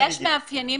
יש מאפיינים